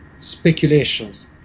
Speculations